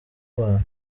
abantu